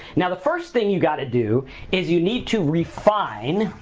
now, the first thing you gotta do is you need to refine